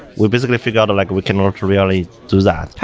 we basically figured out like we cannot really do that.